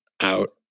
out